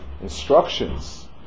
instructions